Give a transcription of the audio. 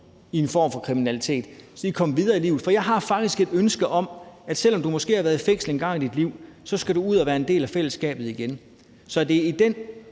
i en form for kriminalitet, og så de kan komme videre i livet. For jeg har faktisk et ønske om, at selv om du måske har været i fængsel en gang i dit liv, skal du ud og være en del af fællesskabet igen. Så det er i den